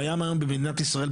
קיימות היום במדינת ישראל,